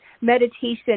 meditation